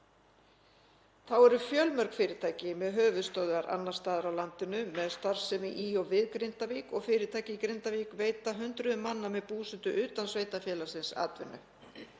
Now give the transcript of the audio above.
Þá eru fjölmörg fyrirtæki með höfuðstöðvar annars staðar á landinu með starfsemi í og við Grindavík og fyrirtæki í Grindavík veita hundruðum manna með búsetu utan sveitarfélagsins atvinnu.